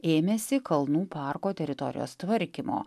ėmėsi kalnų parko teritorijos tvarkymo